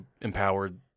empowered